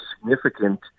significant